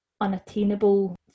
unattainable